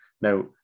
Now